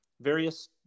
various